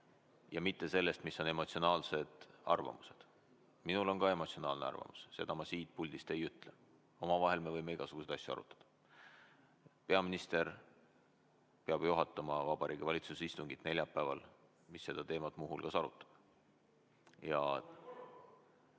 mitte sellest, mis on emotsionaalsed arvamused. Minul on ka emotsionaalne arvamus, aga seda ma siit puldist ei ütle. Omavahel me võime igasuguseid asju arutada. Peaminister peab juhatama Vabariigi Valitsuse istungit neljapäeval, mis seda teemat muu hulgas arutab. (Hääl